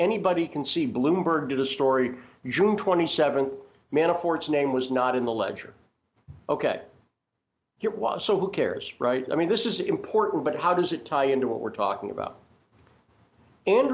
anybody can see bloomberg did a story june twenty seventh man a horse name was not in the ledger ok here it was so who cares right i mean this is important but how does it tie into what we're talking about and